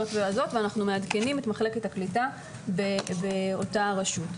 הזאת והזאת ואז אנחנו מעדכנים את מחלקת הקליטה באותה רשות.